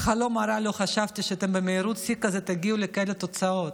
בחלום הרע לא חשבתי שאתם במהירות שיא כזאת תגיעו לכאלה תוצאות,